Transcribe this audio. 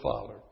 father